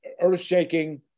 earth-shaking